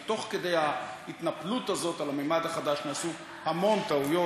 כי תוך כדי ההתנפלות הזאת על הממד החדש נעשו המון טעויות.